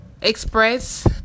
express